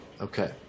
Okay